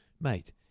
mate